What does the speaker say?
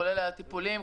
כולל הטיפולים,